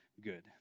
good